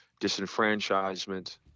disenfranchisement